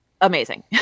amazing